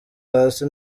hasi